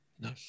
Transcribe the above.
No